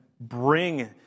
bring